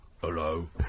hello